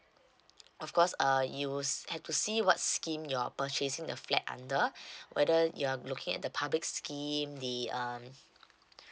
of course uh you have to see what scheme you're purchasing the flat under whether you are looking at the public scheme the um